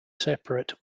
separate